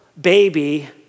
baby